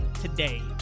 today